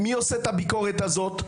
מי עושה את הביקורת הזאת?